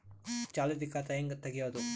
ಚಾಲತಿ ಖಾತಾ ಹೆಂಗ್ ತಗೆಯದು?